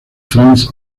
franz